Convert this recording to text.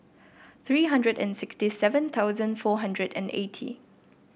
three hundred and sixty seven thousand four hundred and eighty